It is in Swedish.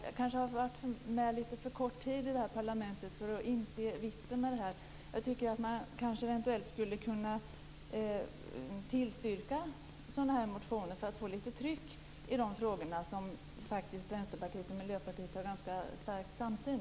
Jag kanske har varit med lite för kort tid i det här parlamentet för att inse vitsen med det. Jag tycker att man kanske eventuellt skulle kunna tillstyrka sådana här motioner för att få lite tryck i de frågor där Vänsterpartiet och Miljöpartiet faktiskt har en ganska stor samsyn.